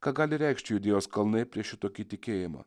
ką gali reikšti judėjos kalnai prieš šitokį tikėjimą